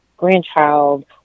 grandchild